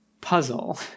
puzzle